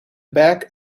back